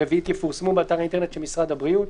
יפורסמו באתר האינטרנט של משרד הבריאות".